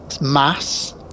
mass